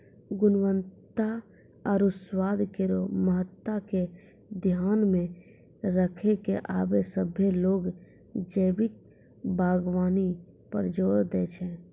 गुणवत्ता आरु स्वाद केरो महत्ता के ध्यान मे रखी क आबे सभ्भे लोग जैविक बागबानी पर जोर दै छै